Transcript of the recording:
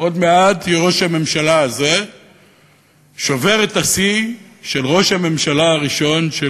עוד מעט ראש הממשלה הזה שובר את השיא של ראש הממשלה הראשון של